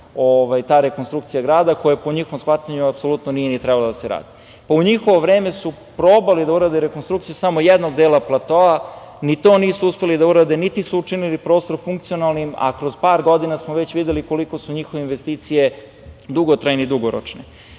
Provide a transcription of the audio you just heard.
ta rekonstrukcija grada koja, po njihovom shvatanju, apsolutno nije ni trebalo da se radi.U njihovo vreme su probali da urade rekonstrukciju samo jednog dela platoa. Ni to nisu uspeli da urade, niti su učinili prostor funkcionalnim, a kroz par godina smo već videli koliko su njihove investicije dugotrajne i dugoročne.Za